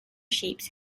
shapes